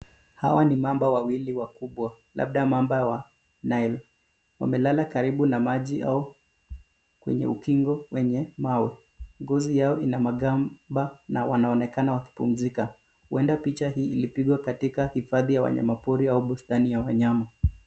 Hawa ni mamba wawili wakubwa labda mamba wa Nile. Wamelala karibu na maji au kwenye ukingo wenye mawe. Ngozi yao ina magamba na wanaonekana kupumzika. Huenda picha hii ilipigwa katika hifadhi ya wanyama pori au bustani ya wanyama.